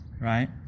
right